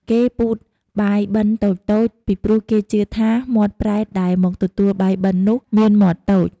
គេពូតបាយបិណ្ឌតូចៗ ពីព្រោះគេជឿថាមាត់ប្រេតដែលមកទទួលបាយបិណ្ឌនោះមានមាត់តូច។